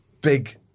big